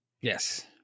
Yes